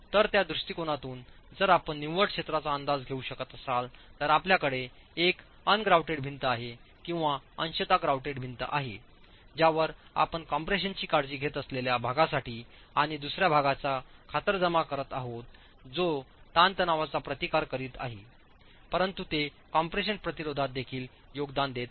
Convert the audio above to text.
तर त्या दृष्टीकोनातून जर आपण निव्वळ क्षेत्राचा अंदाज घेऊ शकत असाल तर आपल्याकडे एक अन ग्रॉउटेड भिंत आहे किंवा अंशतः ग्रॉउटेड भिंत आहे ज्यावर आपण कम्प्रेशनची काळजी घेत असलेल्या भागासाठी आणि दुसर्या भागाची खातरजमा करत आहात जे ताणतणावाचा प्रतिकार करीत आहे परंतु ते कॉम्प्रेशन प्रतिरोधात देखील योगदान देत आहे